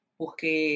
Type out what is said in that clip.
porque